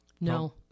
No